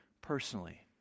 personally